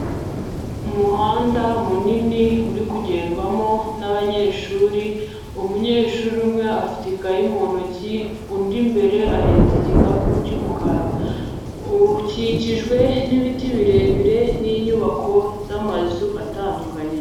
Umuhanda munini uri kugendwamo n'abanyeshuri, umunyeshuri umwe afite ikayi mu ntoki undi imbere ahetse igikapu cy'umukara, ukikijwe n'ibiti birebire n'inyubako z'amazu atandukanye.